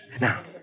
Now